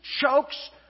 chokes